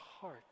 heart